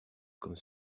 comme